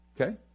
okay